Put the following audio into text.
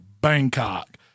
Bangkok